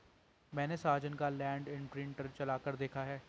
मैने साजन का land imprinter चलाकर देखा है